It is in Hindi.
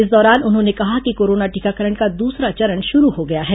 इस दौरान उन्होंने कहा कि कोरोना टीकाकरण का दूसरा चरण शुरू हो गया है